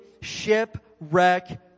shipwreck